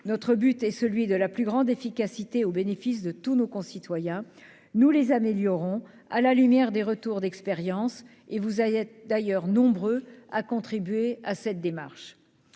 notre but est une plus grande efficacité au bénéfice de tous. Nous les améliorons à la lumière des retours d'expérience, et vous êtes d'ailleurs nombreux à contribuer à cette démarche.